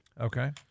Okay